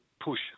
push